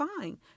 fine